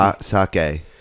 Sake